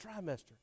trimester